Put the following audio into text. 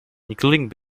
including